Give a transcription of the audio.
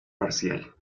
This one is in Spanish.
parcial